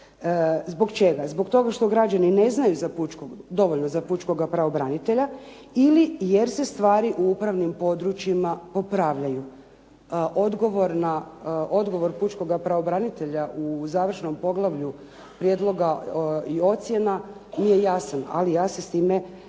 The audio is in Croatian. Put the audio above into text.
zbog čega? Zbog toga što građani ne znaju dovoljno za pravobranitelja ili jer se stvari u upravnim područjima popravljaju? Odgovor pučkoga pravobranitelja u završnom poglavlju prijedloga i ocjena mi je jasan, ali ja se s time ne mogu